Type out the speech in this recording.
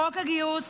חוק הגיוס